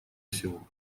всего